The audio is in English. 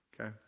okay